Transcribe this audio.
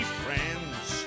friends